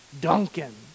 Duncan